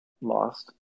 Lost